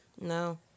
No